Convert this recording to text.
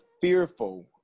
fearful